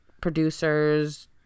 producers